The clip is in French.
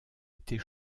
était